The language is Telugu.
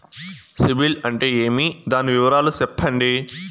సిబిల్ అంటే ఏమి? దాని వివరాలు సెప్పండి?